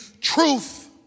truth